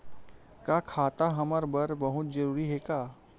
का खाता हमर बर बहुत जरूरी हे का?